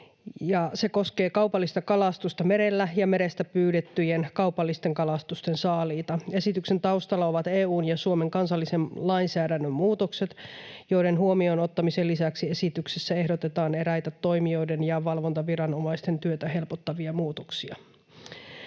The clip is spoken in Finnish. Se koskee kaupallista kalastusta merellä ja merestä pyydettyjen kaupallisten kalastusten saaliita. Esityksen taustalla ovat EU:n ja Suomen kansallisen lainsäädännön muutokset, joiden huomioon ottamisen lisäksi esityksessä ehdotetaan eräitä toimijoiden ja valvontaviranomaisten työtä helpottavia muutoksia.